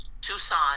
tucson